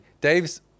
Dave's